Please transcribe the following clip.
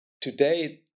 Today